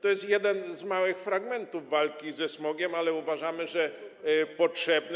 To jest jeden z małych fragmentów walki ze smogiem, ale uważamy, że potrzebny.